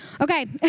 Okay